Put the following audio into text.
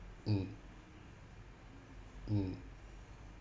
mm mm